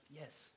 Yes